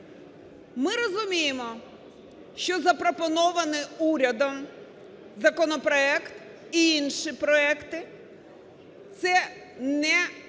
Ми розуміємо, що запропонований урядом законопроект і інші проекти – це не пенсійна